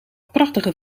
prachtige